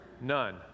None